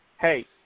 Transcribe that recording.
hey